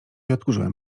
odkurzyłem